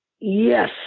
Yes